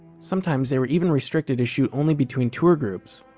sometimes they were even restricted to shoot only between tour groups